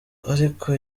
ariko